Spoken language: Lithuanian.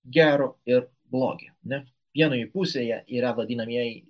gero ir blogio ne vienoje pusėje yra vadinamieji